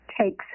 takes